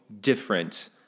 different